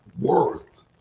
worth